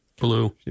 Blue